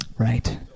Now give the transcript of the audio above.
Right